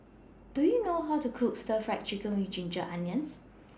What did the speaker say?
Do YOU know How to Cook Stir Fried Chicken with Ginger Onions